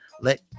Let